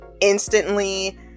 instantly